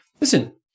listen